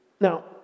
Now